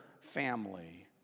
family